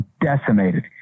decimated